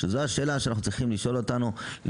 וזאת השאלה שאנחנו צריכים לשאול ללא